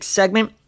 segment